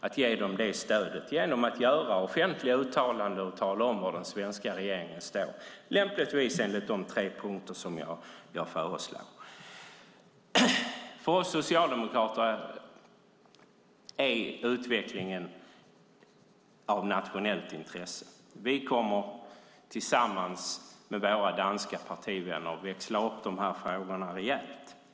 Det stödet kan vi ge genom att göra offentliga uttalanden och tala om var den svenska regeringen står, lämpligtvis enligt de tre punkter som jag föreslår. För oss socialdemokrater är den här utvecklingen av nationellt intresse. Vi kommer tillsammans med våra danska partivänner att växla upp de här frågorna rejält.